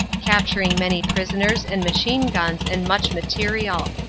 ca pturing many prisoners and machine guns and much material.